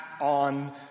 on